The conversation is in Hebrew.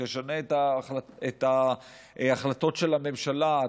ישנו את ההחלטות של הממשלה,